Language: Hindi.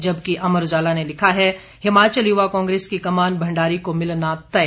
जबकि अमर उजाला ने लिखा है हिमाचल युवा कांग्रेस की कमान भंडारी को मिलना तय